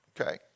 okay